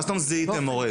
מה זאת אומרת זיהיתם מורה?